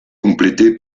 complété